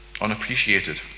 unappreciated